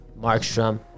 Markstrom